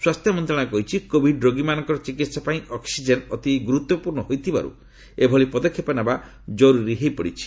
ସ୍ପାସ୍ଥ୍ୟ ମନ୍ତ୍ରଣାଳୟ କହିଛି କୋଭିଡ ରୋଗୀମାନଙ୍କର ଚିକିତ୍ସା ପାଇଁ ଅକ୍ସିଜେନ୍ ଅତି ଗୁରୁତ୍ୱପୂର୍ଣ୍ଣ ହୋଇଥିବାରୁ ଏଭଳି ପଦକ୍ଷେପ ନେବା ଜରୁରୀ ହୋଇପଡିଛି